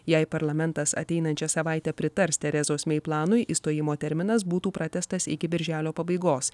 jei parlamentas ateinančią savaitę pritars terezos mei planui išstojimo terminas būtų pratęstas iki birželio pabaigos